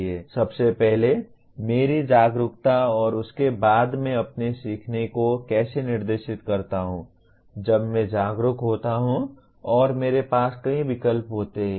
सबसे पहले मेरी जागरूकता और उसके बाद मैं अपने सीखने को कैसे निर्देशित करता हूं जब मैं जागरूक होता हूं और मेरे पास कई विकल्प होते हैं